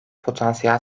potansiyel